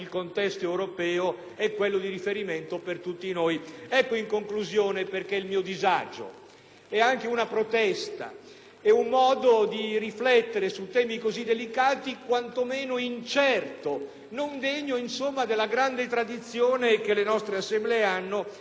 e anche una protesta: è un modo di riflettere su temi così delicati quanto meno incerto, non degno, insomma, dalla grande tradizione che le nostre Assemblee hanno, anche sotto il profilo della regolazione della nostra vita elettorale.